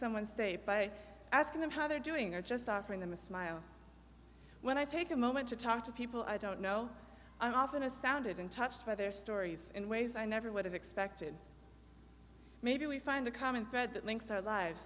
someone state by asking them how they're doing or just offering them a smile when i take a moment to talk to people i don't know i'm often astounded and touched by their stories in ways i never would have expected maybe we find a common thread that links our lives